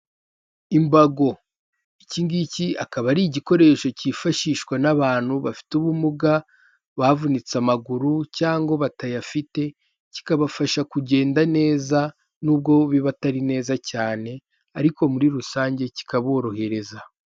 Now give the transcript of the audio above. Imbago: iki ngiki akaba ari igikoresho cyifashishwa n'abantu bafite ubumuga, bavunitse amaguru, cyangwa batayafite kikabafasha kugenda neza nubwo biba bata neza cyane, ariko muri rusange kikaborohereza.